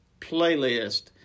playlist